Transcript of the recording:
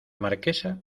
marquesa